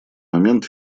момент